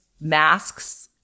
masks